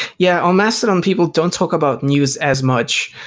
yeah, on mastodon, people don't talk about news as much,